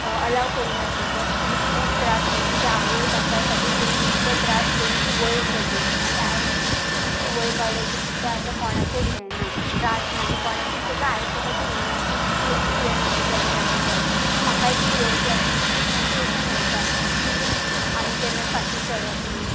allow करिनासली बट ती खूब त्रास करून तिज्या आवय बापाय खातीर तेणी इतले त्रास करून ती वयर सरली आनी आयज ती इतली वयर पावले की तिका आतां कोणाचेंत हें ना त्रास ना आनी कोणाचेच ताका आयकपाचें हें ना की तूं तुवें अशें केलें तशें केलें सो म्हाका एक तातूंतल्यान एक मोटिवेशन मेळटा की आमी केन्ना फाटीं सरप न्हू